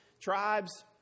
tribes